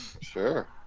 sure